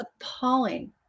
appalling